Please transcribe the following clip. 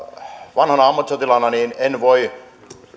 vanhana ammattisotilaana en voi